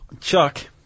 Chuck